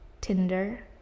Tinder